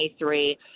2023